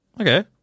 Okay